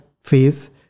phase